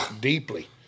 deeply